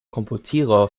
komputilo